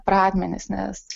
pradmenis nes